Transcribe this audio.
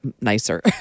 nicer